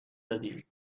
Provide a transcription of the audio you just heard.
دادی